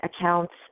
accounts